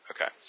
Okay